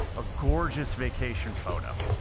a gorgeous vacation photo,